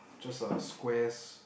just a squares